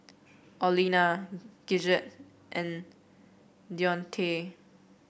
Olena Gidget and Deontae